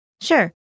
Sure